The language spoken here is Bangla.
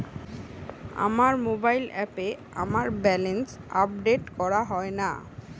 আমার মোবাইল অ্যাপে আমার ব্যালেন্স আপডেট করা হয় না